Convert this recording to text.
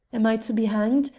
am i to be hanged,